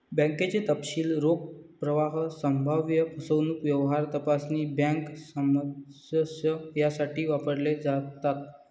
बँकेचे तपशील रोख प्रवाह, संभाव्य फसवणूक, व्यवहार तपासणी, बँक सामंजस्य यासाठी वापरले जातात